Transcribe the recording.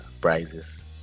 prizes